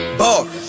bars